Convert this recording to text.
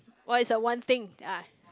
what is the one thing ah